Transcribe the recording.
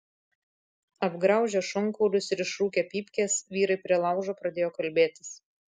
apgraužę šonkaulius ir išrūkę pypkes vyrai prie laužo pradėjo kalbėtis